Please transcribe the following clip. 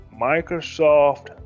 Microsoft